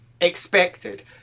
expected